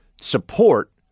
support